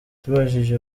tubajije